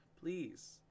please